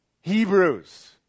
Hebrews